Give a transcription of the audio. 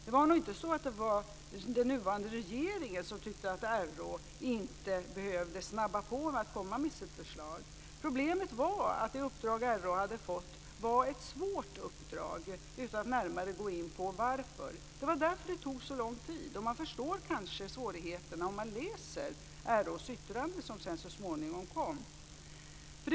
Det var inte så att den nuvarande regeringen inte tyckte att RÅ behövde snabba på med sitt förslag. Problemet var att det uppdrag RÅ hade fått var ett svårt uppdrag - det kan jag säga utan att närmare gå in på varför. Det var därför det tog så lång tid. Man förstår kanske svårigheterna om man läser det yttrande som sedan så småningom kom från RÅ.